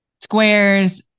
squares